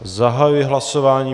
Zahajuji hlasování.